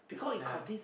(uh huh)